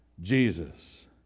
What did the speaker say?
Jesus